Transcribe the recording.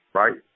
right